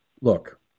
Look